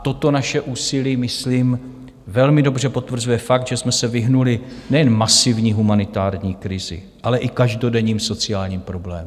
Toto naše úsilí myslím velmi dobře potvrzuje fakt, že jsme se vyhnuli nejen masivní humanitární krizi, ale i každodenním sociálním problémům.